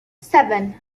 seven